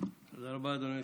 תודה רבה, אדוני היושב-ראש.